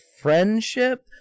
friendship